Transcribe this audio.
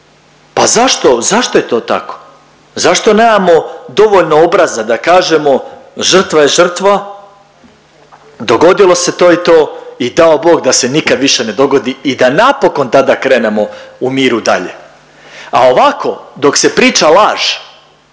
zašto je to tako? Zašto nemamo dovoljno obraza da kažemo žrtva je žrtva, dogodilo se to i to i dao Bog da se nikad više ne dogodi i da napokon tada krenemo u miru dalje. A ovako dok se priča laž,